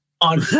on